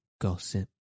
Gossip